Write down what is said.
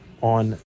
on